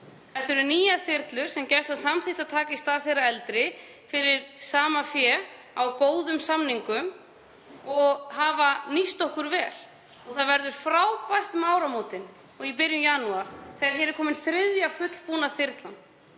Þetta eru nýjar þyrlur sem Gæslan samþykkti að taka í stað þeirra eldri fyrir sama fé, á góðum samningum, og þær hafa nýst okkur vel. Það verður frábært um áramótin og í byrjun janúar þegar hér er komin þriðja fullbúna þyrlan